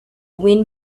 wind